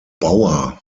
bauer